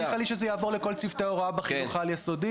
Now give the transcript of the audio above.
יעבור לכל צוותי החינוך בחינוך העל יסודי.